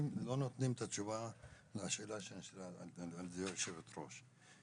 נותנים את התשובה לשאלה שנשאלה על ידי יושבת הראש.